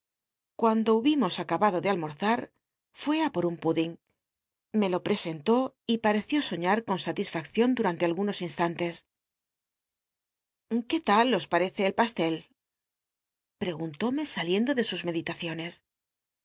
cuando lwbimós acabado de almorzar fué i por un mtldiny me lo presentó y pai'cció soiíar con satisfacción durante algunos instantes qué tal os parece el pastel prcguntóme saliendo de sus meditaciones